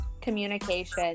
communication